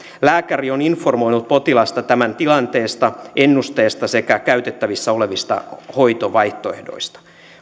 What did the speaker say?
lääkäri on informoinut potilasta tämän tilanteesta ennusteesta sekä käytettävissä olevista hoitovaihtoehdoista